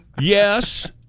Yes